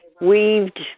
weaved